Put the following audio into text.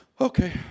okay